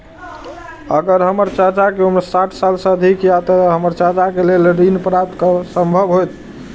अगर हमर चाचा के उम्र साठ साल से अधिक या ते हमर चाचा के लेल ऋण प्राप्त करब संभव होएत?